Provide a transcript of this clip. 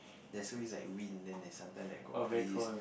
there's always like wind then there sometime like got breeze